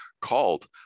called